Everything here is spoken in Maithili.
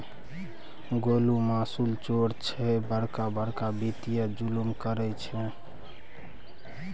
गोलु मासुल चोर छै बड़का बड़का वित्तीय जुलुम करय छै